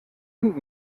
und